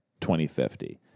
2050